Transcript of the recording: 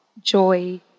joy